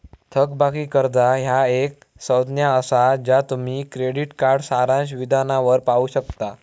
थकबाकी कर्जा ह्या एक संज्ञा असा ज्या तुम्ही क्रेडिट कार्ड सारांश विधानावर पाहू शकता